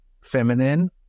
feminine